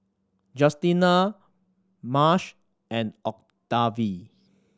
Justina Marsh and Octavie